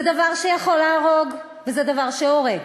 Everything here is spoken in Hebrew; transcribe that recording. זה דבר שיכול להרוג, וזה דבר שהורג.